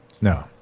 No